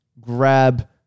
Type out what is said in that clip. grab